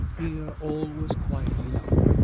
here all was quiet enough,